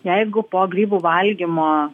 jeigu po grybų valgymo